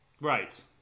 Right